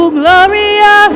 gloria